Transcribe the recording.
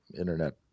internet